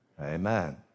Amen